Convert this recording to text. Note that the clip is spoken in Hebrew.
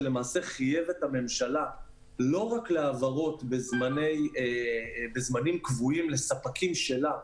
שלמעשה חייב את הממשלה לא רק להעברות בזמנים קבועים לספקים שלה,